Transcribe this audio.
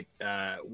right